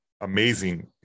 amazing